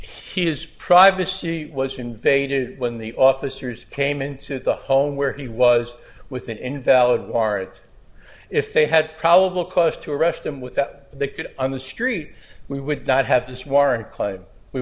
his privacy was invaded when the officers came into the home where he was with an invalid warrant if they had probable cause to arrest them with that they could on the street we would not have this warr